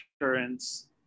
insurance